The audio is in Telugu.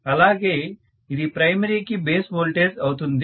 అలాగే ఇది ప్రైమరీ కి బేస్ వోల్టేజ్ అవుతుంది